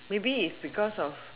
maybe it's because of